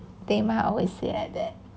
tehma always say like that